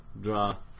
Draw